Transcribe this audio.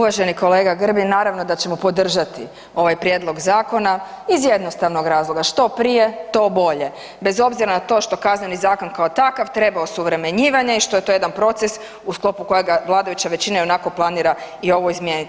Uvaženi kolega Grbin naravno da ćemo podržati ovaj prijedlog zakona iz jednostavnog razloga što prije, to bolje bez obzira na to što Kazneni zakon kao takav treba osuvremenjivanje i što je to jedan proces u sklopu kojega vladajuća većina ionako planira i ovo izmijeniti.